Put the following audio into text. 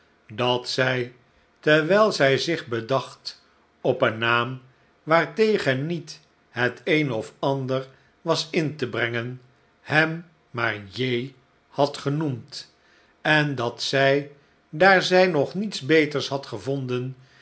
dat zij terwijl zij zich bedacht op een naam waartegen niet het een of ander was in te brengen hem maar j had genoemd en dat zij daar zij nog niets beters had gevonden